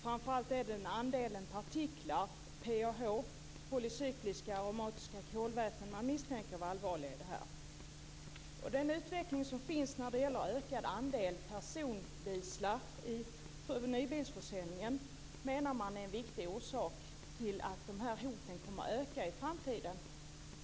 Framför allt är det andelen partiklar - PAH, polycykliska och aromatiska kolväten - som man misstänker vara allvarliga i sammanhanget. Utvecklingen när det gäller ökad andel dieseldrivna personbilar i nybilsförsäljningen menar man är en viktig orsak till att de här hoten kommer att öka i framtiden.